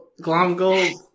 Glomgold